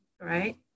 right